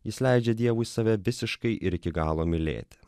jis leidžia dievui save visiškai ir iki galo mylėti